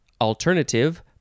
Alternative